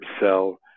sell